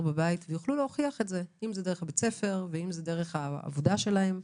בבית ויוכלו להוכיח את זה אם זה דרך בית הספר ואם זה דרך העבודה שלהם,